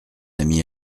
ami